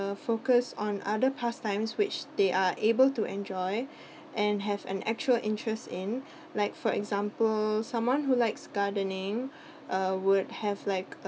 uh focus on other pastimes which they are able to enjoy and have an actual interest in like for example someone who likes gardening would have like a